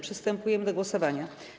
Przystępujemy do głosowania.